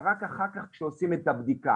אלא רק אחר כך כשעושים את הבדיקה.